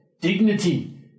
Dignity